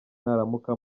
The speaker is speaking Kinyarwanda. nuramuka